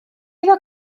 iddo